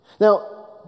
Now